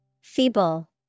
Feeble